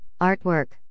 artwork